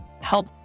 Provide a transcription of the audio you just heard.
help